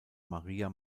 maria